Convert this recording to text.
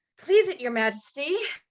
please it your majesty,